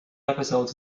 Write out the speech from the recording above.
episodes